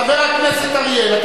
חבר הכנסת אריאל, חבר הכנסת אריאל.